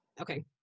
Okay